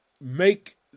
make